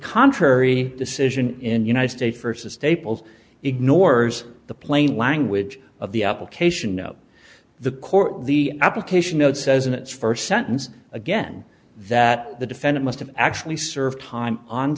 contrary decision in united states versus staples ignores the plain language of the application no the court the application note says in its first sentence again that the defendant must have actually served time on